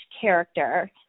character